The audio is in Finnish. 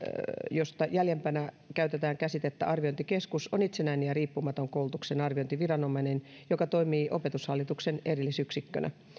josta jäljempänä käytetään käsitettä arviointikeskus on itsenäinen ja riippumaton koulutuksen arviointiviranomainen joka toimii opetushallituksen erillisyksikkönä